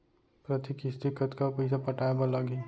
प्रति किस्ती कतका पइसा पटाये बर लागही?